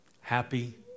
Happy